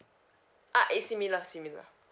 ah it's similar similar